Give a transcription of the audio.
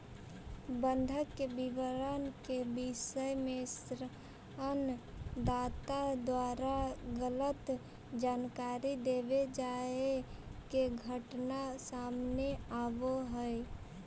बंधक के विवरण के विषय में ऋण दाता द्वारा गलत जानकारी देवे जाए के घटना सामने आवऽ हइ